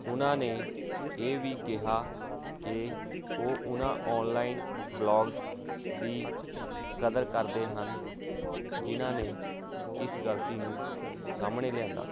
ਉਨ੍ਹਾਂ ਨੇ ਇਹ ਵੀ ਕਿਹਾ ਕਿ ਉਹ ਉਨ੍ਹਾਂ ਔਨਲਾਈਨ ਬਲੌਗਜ਼ ਦੀ ਕਦਰ ਕਰਦੇ ਹਨ ਜਿਨ੍ਹਾਂ ਨੇ ਇਸ ਗਲਤੀ ਨੂੰ ਸਾਹਮਣੇ ਲਿਆਂਦਾ